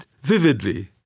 vividly